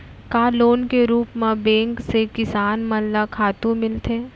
का लोन के रूप मा बैंक से किसान मन ला खातू मिलथे?